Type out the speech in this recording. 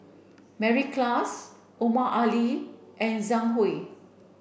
Mary Klass Omar Ali and Zhang Hui